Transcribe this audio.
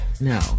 No